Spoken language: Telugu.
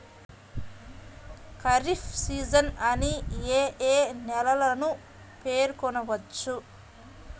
ఖరీఫ్ సీజన్ అని ఏ ఏ నెలలను పేర్కొనవచ్చు?